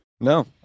No